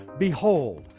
behold,